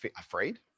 Afraid